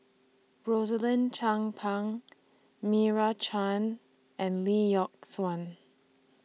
Rosaline Chan Pang Meira Chand and Lee Yock Suan